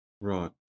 Right